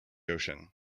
ocean